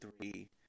three